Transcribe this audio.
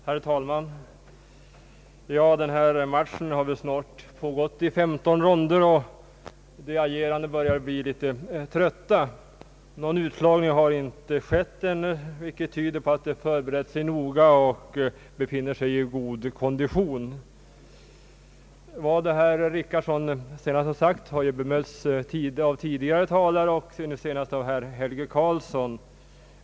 Herr talman! Den här matchen har väl snart pågått i 15 ronder, och de agerande börjar bli litet trötta. Någon utslagning har inte skett ännu, vilket tyder på att de förberett sig noga och befinner sig i god kondition. Vad herr Richardson sade har ju bemötts av tidigare talare, senast av herr Helge Karlsson.